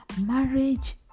marriage